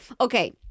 Okay